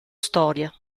storia